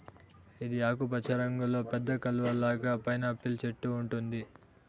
ఇది ఆకుపచ్చ రంగులో పెద్ద కలువ లాగా పైనాపిల్ చెట్టు ఉంటుంది